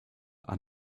and